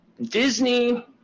Disney